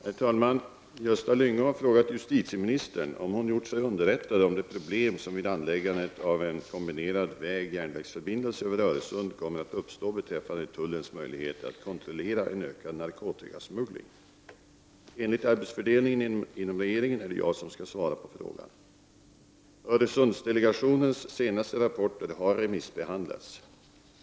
Herr talman! Gösta Lyngå har frågat justitieministern om hon gjort sig underrättad om de problem som vid anläggandet av en kombinerad väg/järnvägsförbindelse över Öresund kommer att uppstå beträffande tullens möjligheter att kontrollera en ökad narkotikasmuggling. Enligt arbetsfördelningen inom regeringen är det jag som skall svar på frågan. Öresundsdelegationens senaste rapporter har remissbehandlats.